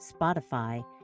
Spotify